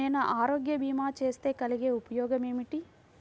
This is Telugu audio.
నేను ఆరోగ్య భీమా చేస్తే కలిగే ఉపయోగమేమిటీ?